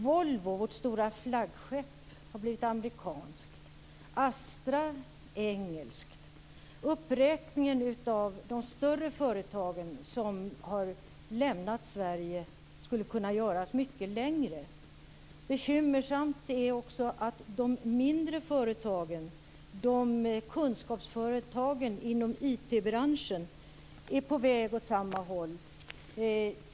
Volvo, vårt stora flaggskepp, har blivit amerikanskt. Astra har blivit engelskt. Uppräkningen av de större företag som har lämnat Sverige skulle kunna göras mycket längre. Bekymmersamt är också att de mindre företagen, kunskapsföretagen inom IT-branschen, är på väg åt samma håll.